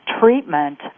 treatment